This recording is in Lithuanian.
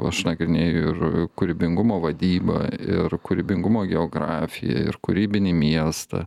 aš nagrinėju ir kūrybingumo vadybą ir kūrybingumo geografiją ir kūrybinį miestą